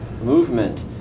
movement